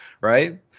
right